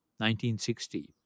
1960